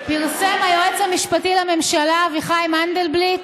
פרסם היועץ המשפטי לממשלה אביחי מנדלבליט